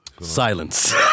Silence